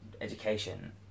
education